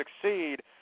succeed